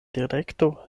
direkto